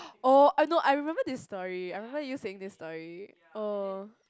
oh I know I remember this story I remember you saying this story